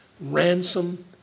ransom